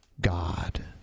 God